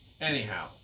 Anyhow